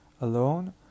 alone